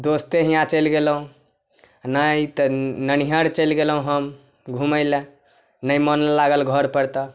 दोस्ते हिआँ चलि गेलहुँ आओर नहि तऽ ननिहर चलि गेलहुँ हम घुमय लए नहि मोन लागल घरपर तऽ